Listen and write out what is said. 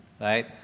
right